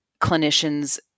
clinicians